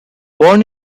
born